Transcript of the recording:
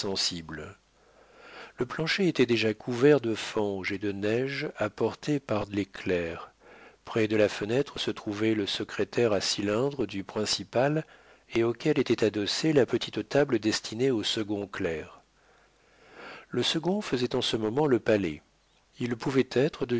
le plancher était déjà couvert de fange et de neige apportée par les clercs près de la fenêtre se trouvait le secrétaire à cylindre du principal et auquel était adossée la petite table destinée au second clerc le second faisait en ce moment le palais il pouvait être